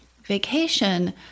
vacation